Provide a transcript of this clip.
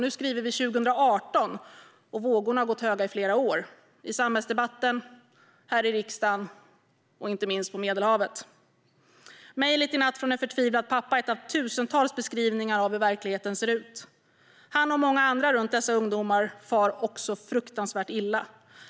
Nu skriver vi 2018, och vågorna har gått höga i flera år - i samhällsdebatten, här i riksdagen och inte minst på Medelhavet. Mejlet i natt från en förtvivlad pappa är en av tusentals beskrivningar av hur verkligheten ser ut. Han och många andra runt dessa ungdomar far också fruktansvärt illa.